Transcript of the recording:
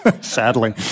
sadly